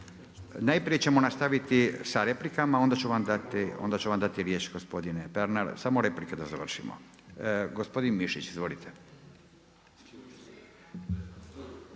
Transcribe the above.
Najprije ćemo nastaviti sa replikama, onda ću vam dati riječ gospodine Pernar. Samo replike da završimo. Gospodine Mišić, izvolite.